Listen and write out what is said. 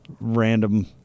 random